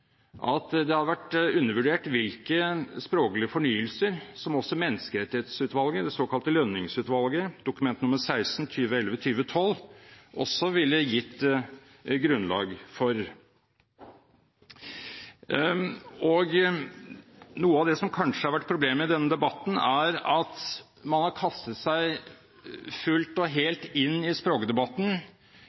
at det har vært undervurdert hvilke språklige fornyelser Dokument 16 fra Menneskerettighetsutvalget, det såkalte Lønning-utvalget, ville gitt grunnlag for. Noe av det som har vært problemet i denne debatten, er at man har kastet seg fullt og helt inn i språkdebatten